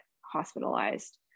hospitalized